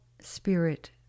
spirit